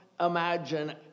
imagine